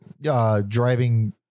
Driving